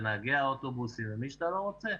ונהגי האוטובוסים ומי שאתה לא רוצה.